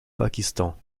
pakistan